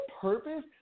purpose